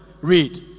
read